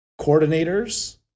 coordinators